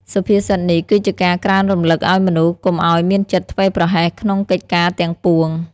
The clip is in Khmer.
សុភាសិតនេះគឺជាការក្រើនរំលឹកឱ្យមនុស្សកុំឱ្យមានចិត្តធ្វេសប្រហែសក្នុងកិច្ចការទាំងពួង។